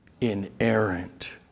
inerrant